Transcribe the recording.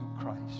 Christ